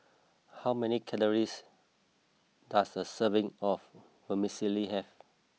how many calories does a serving of Vermicelli have